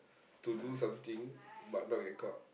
to do something but not get caught